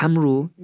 हाम्रो